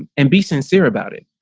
and and be sincere about it.